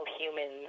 humans